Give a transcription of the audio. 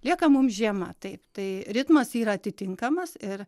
lieka mums žiema taip tai ritmas yra atitinkamas ir